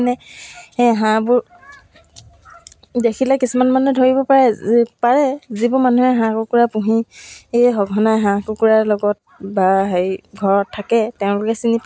বনাই বনাই মানে বহুতখিনিয়ে পৰা হৈ গ'লোঁ তাৰপিছত মই আকৌ ওচৰৰ দুই এজনী খুড়ী নবৌহঁতেও মোক বনাবলৈ দিছিলে তেওঁলোকে গাৰু কভাৰ তাৰপিছত